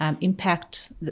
impact